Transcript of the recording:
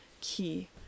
key